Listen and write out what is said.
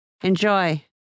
Enjoy